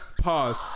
Pause